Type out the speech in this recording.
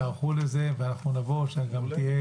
תיערכו לזה ויהיה דיון.